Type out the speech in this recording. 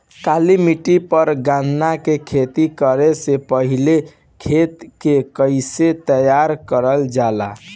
काली मिट्टी पर गन्ना के खेती करे से पहले खेत के कइसे तैयार करल जाला?